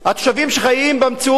התושבים חיים במציאות